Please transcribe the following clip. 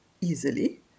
easily